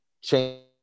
change